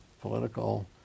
political